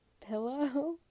pillow